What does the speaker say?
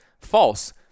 false